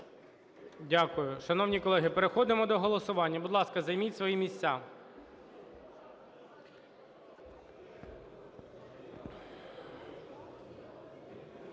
Дякую. Шановні колеги, переходимо до голосування, будь ласка, займіть свої місця.